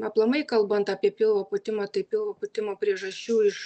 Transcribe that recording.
aplamai kalbant apie pilvo pūtimą tai pilvo pūtimo priežasčių iš